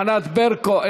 ענת ברקו,